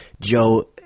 Joe